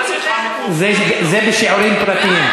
זה בשיעורים פרטיים.